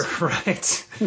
Right